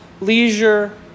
leisure